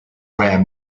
rare